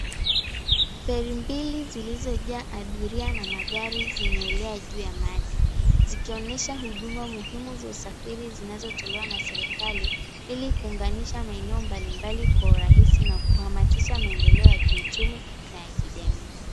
Feri mbili zilizojaa abiria na magari zinaelea juu ya maji zikionyesha huduma muhimu za usafiri zinazotolewa na serikali ili kuunganisha maeneo mbali mbali kwa urahisi na kuhamasisha maendeleo ya kiuchumi na ya kijamii.